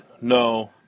No